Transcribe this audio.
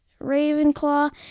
Ravenclaw